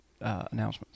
Announcements